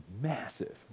massive